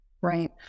Right